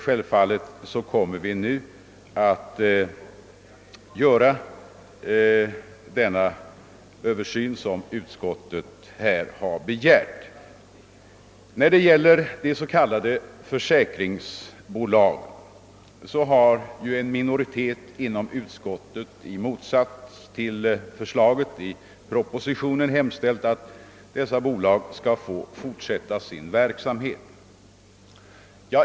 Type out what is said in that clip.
Självfallet kommer vi nu att göra den utredning som utskottet här har begärt. När det gäller de s.k. socialförsäkringsbolagen har en minoritet inom utskottet i motsats till förslaget i propositionen hemställt om att dessa bolag skall få fortsätta sin verksamhet.